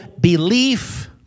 belief